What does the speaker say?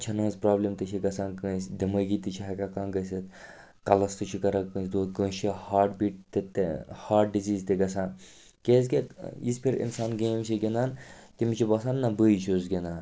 أچھَن ہٕنٛز پرٛابلِم تہِ چھِ گژھان کٲنٛسہِ دٮ۪مٲغی تہِ چھِ ہٮ۪کان کانٛہہ گٔژھِتھ کَلَس تہِ چھِ کَران کٲنٛسہِ دود کٲنٛسہِ چھِ ہارٹ بیٖٹ تہِ تہِ ہارٹ ڈِزیٖز تہِ گژھان کیٛازِکہِ یِژِ پھِرِ اِنسان گیم چھِ گِنٛدان تٔمِس چھُ باسان نہَ بٕے چھُس گِنٛدان